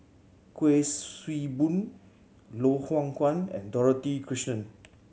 Kuik Swee Boon Loh Hoong Kwan and Dorothy Krishnan